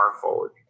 forward